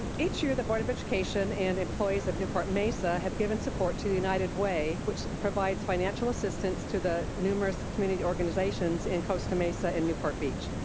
each year the board of education and the employees of newport mesa have given support to the united way which provides financial assistance to the numerous community organizations in costa mesa and newport beach.